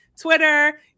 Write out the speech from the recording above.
Twitter